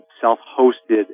self-hosted